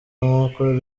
nkuko